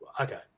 okay